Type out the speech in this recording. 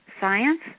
Science